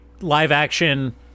live-action